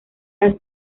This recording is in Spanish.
las